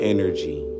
Energy